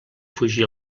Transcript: fugir